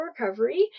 recovery